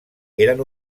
eren